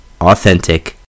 Authentic